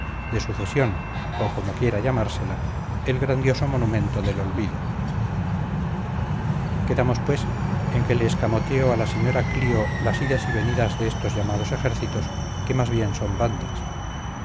de sucesión o como quiera llamársela el grandioso monumento del olvido quedamos pues en que le escamoteo a la señora clío las idas y venidas de estos llamados ejércitos que más bien son bandas